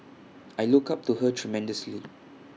I look up to her tremendously